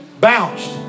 bounced